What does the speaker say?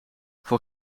voor